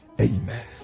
amen